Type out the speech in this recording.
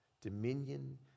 Dominion